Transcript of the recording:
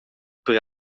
per